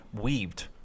weaved